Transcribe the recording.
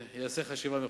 יעשה חשיבה מחודשת.